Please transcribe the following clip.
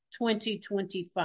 2025